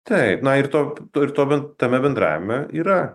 taip na ir to ir tuomet tame bendravime yra